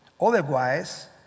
Otherwise